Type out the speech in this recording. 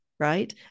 right